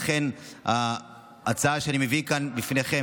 לכן ההצעה שאני מביא כאן בפניכם,